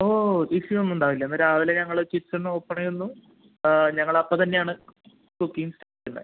ഓ busy ഒന്നും ഉണ്ടാവില്ല ഇന്ന് രാവിലെ ഞങ്ങൾ കിച്ചൻ ഓപ്പൺ ചെയ്യുന്നു ഞങ്ങൾ അപ്പം തന്നെയാണ് ബുക്കിംഗ് ഉള്ളത്